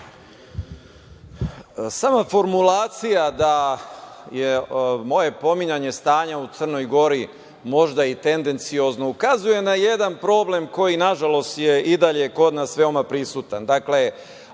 Sama formulacija da je moje pominjanje stanja u Crnoj Gori možda i tendenciozno ukazuje na jedan problem koji je, nažalost, i dalje kod nas veoma prisutan.